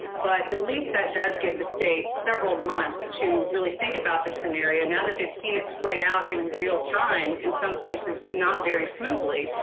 but at least that does give the state several months to really think about the scenario, now that they've seen it play out in real time in some places not very smoothly,